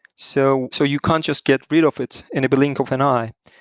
so so you can't just get rid of it in a blink of an eye.